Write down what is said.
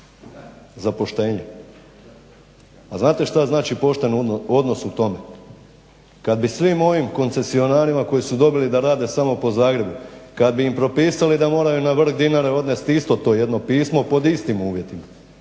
Za poštenje? A znate šta znači pošten odnos u tome? Kad bi svim ovim koncesionarima koji su dobili da rade samo po Zagrebu, kad bi im propisali da moraju na vrh Dinare odnest isto to jedno pismo pod istim uvjetima,